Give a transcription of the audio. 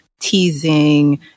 teasing